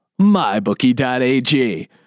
MyBookie.ag